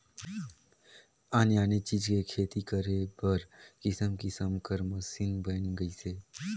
आने आने चीज के खेती करे बर किसम किसम कर मसीन बयन गइसे